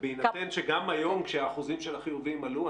בהינתן שגם היום כשאחוזים של החיוביים עלו,